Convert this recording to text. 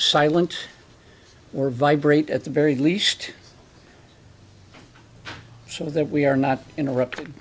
silent or vibrate at the very least so that we are not interrupt